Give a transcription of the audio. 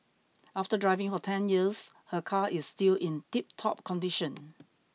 after driving for ten years her car is still in tiptop condition